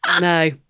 No